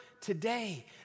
today